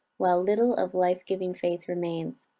while little of life-giving faith remains.